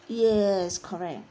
yes correct